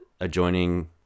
adjoining